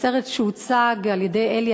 בסרט שהוצג על-ידי אלי,